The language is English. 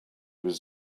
was